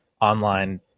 online